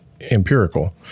empirical